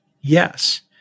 Yes